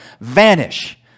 Vanish